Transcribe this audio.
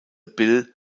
bill